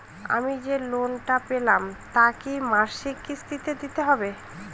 আমি যে লোন টা পেলাম তা কি মাসিক কিস্তি তে দিতে হবে?